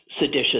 seditious